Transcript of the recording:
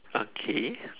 okay